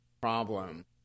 problem